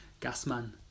Gasman